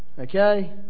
Okay